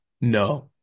No